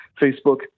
Facebook